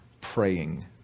praying